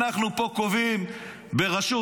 אנחנו פה קובעים ברשות.